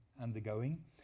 undergoing